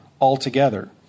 altogether